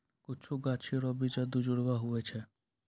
कुछु गाछी रो बिच्चा दुजुड़वा हुवै छै